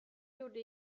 gjorde